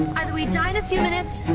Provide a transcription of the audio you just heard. either we die in a few minutes,